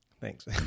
Thanks